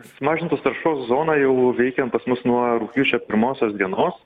sumažintos taršos zona jau veikia pas mus nuo rugpjūčio pirmosios dienos